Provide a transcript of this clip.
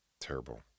Terrible